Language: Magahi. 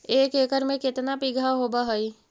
एक एकड़ में केतना बिघा होब हइ?